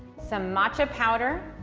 some matcha powder,